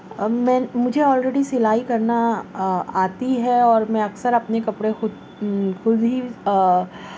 مجھے already سلائی کرنا آتی ہے اور میں اکثر اپنے کپڑے خود خود ہی